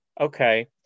okay